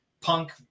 Punk